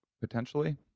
potentially